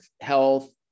health